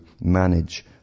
manage